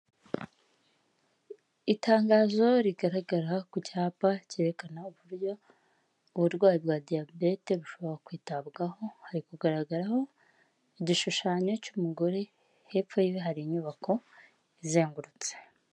Itangazo rigaragara ku cyapa cyerekana uburyo uburwayi bwa diyabete bushobora kwitabwaho hari kugaragaraho igishushanyo cy'umugore hepfo hari inyubako izengurutse.